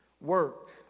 work